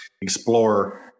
explore